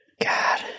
god